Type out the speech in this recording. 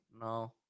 No